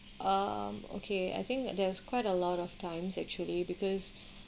um okay I think there's quite a lot of times actually because